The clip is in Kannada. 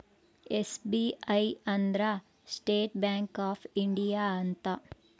ಎಸ್.ಬಿ.ಐ ಅಂದ್ರ ಸ್ಟೇಟ್ ಬ್ಯಾಂಕ್ ಆಫ್ ಇಂಡಿಯಾ ಅಂತ